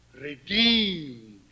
redeemed